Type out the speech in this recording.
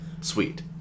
sweet